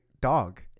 dog